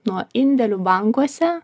nuo indėlių bankuose